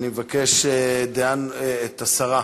אני מבקש את השרה,